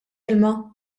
ilma